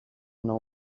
know